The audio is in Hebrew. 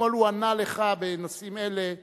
אתמול הוא ענה לך בנושאים אלה,